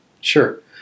Sure